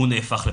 הוא נהפך לפרוץ.